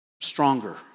stronger